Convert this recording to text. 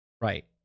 Right